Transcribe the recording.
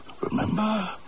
Remember